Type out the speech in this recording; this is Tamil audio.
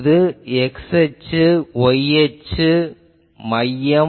இது x அச்சு இது y அச்சு இது மையம்